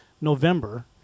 November